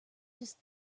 just